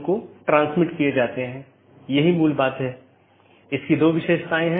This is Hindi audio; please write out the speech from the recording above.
जब ऐसा होता है तो त्रुटि सूचना भेज दी जाती है